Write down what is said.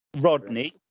Rodney